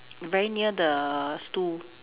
very near the stool